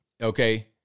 Okay